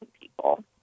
people